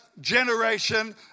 generation